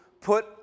put